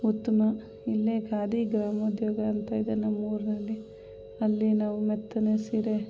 ಉತ್ತಮ ಇಲ್ಲೇ ಖಾದಿ ಗ್ರಾಮೋದ್ಯೋಗ ಅಂತ ಇದೆ ನಮ್ಮ ಊರಿನಲ್ಲಿ ಅಲ್ಲಿ ನಾವು ಮೆತ್ತನೆ ಸೀರೆ